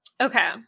Okay